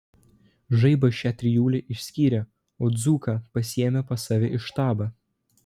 žaibas šią trijulę išskyrė o dzūką pasiėmė pas save į štabą